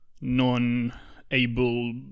non-able